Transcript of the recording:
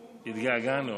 התגעגענו.